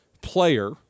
player